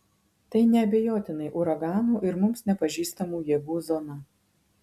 tai neabejotinai uraganų ir mums nepažįstamų jėgų zona